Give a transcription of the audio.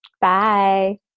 Bye